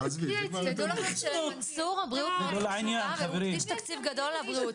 תדעו לכם שלמנסור הבריאות מאוד חשובה והוא הקדיש תקציב גדול לבריאות.